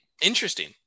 Interesting